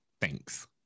thanks